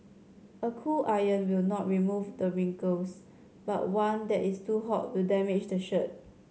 a cool iron will not remove the wrinkles but one that is too hot will damage the shirt